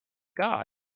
god